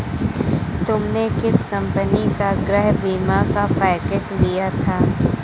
तुमने किस कंपनी का गृह बीमा का पैकेज लिया था?